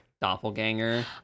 doppelganger